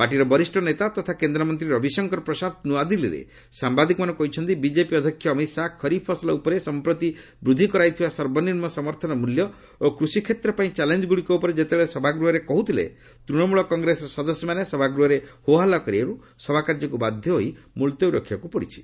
ପାର୍ଟିର ବରିଷ୍ଣ ନେତା ତଥା କେନ୍ଦ୍ରମନ୍ତ୍ରୀ ରବିଶଙ୍କର ପ୍ରସାଦ ନୂଆଦିଲ୍ଲୀରେ ସାମ୍ବାଦିକମାନଙ୍କୁ କହିଛନ୍ତି ବିଜେପି ଅଧ୍ୟକ୍ଷ ଅମିତ ଶାହା ଖରିଫ୍ ଫସଲ ଉପରେ ସମ୍ପ୍ରତି ବୃଦ୍ଧି କରାଯାଇଥିବା ସର୍ବନିମୁ ସମର୍ଥନ ମୂଲ୍ୟ ଓ କୃଷି କ୍ଷେତ୍ର ପାଇଁ ଚ୍ୟାଲେଞ୍ଜଗୁଡ଼ିକ ଉପରେ ଯେତେବେଳେ ସଭାଗୃହରେ କହୁଥିଲେ ତୃଣମୂଳ କଂଗ୍ରେସର ସଦସ୍ୟମାନେ ସଭାଗୃହରେ ହୋହାଲ୍ଲା କରିବାରୁ ସଭାକାର୍ଯ୍ୟକୁ ବାଧ୍ୟହୋଇ ମୁଲତବୀ ରଖିବାକୁ ପଡ଼ିଛି